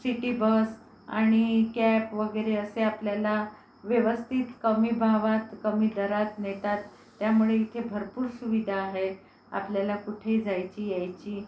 city bus आणि cab वगैरे असे आपल्याला व्यवस्थित कमी भावात कमी दरात मिळतात त्यामुळे इतके भरपूर सुविधा आहेत आपल्याला कुठे यायची जायची